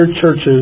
churches